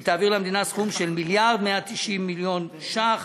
היא תעביר למדינה סכום של 1.19 מיליארד ש"ח